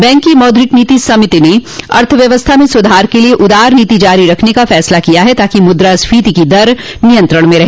bank की मौद्रिक नीति समिति ने अर्थव्यवस्था में सुधार के लिये उदार नीति जारी रखने का फैसला किया है ताकि मुद्रास्फीति की दर नियंत्रण में रहे